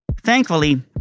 Thankfully